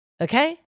okay